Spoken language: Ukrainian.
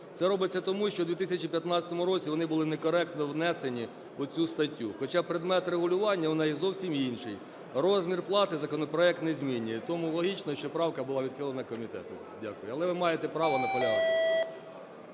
Це робиться тому, що в 2015 році вони були некоректно внесені у цю статтю, хоча предмет регулювання у неї зовсім інший, розмір плати законопроект не змінює. Тому логічно, що правка була відхилена комітетом. Дякую. Але ви маєте право наполягати.